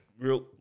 real